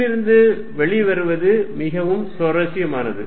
இதிலிருந்து வெளிவருவது மிகவும் சுவாரசியமானது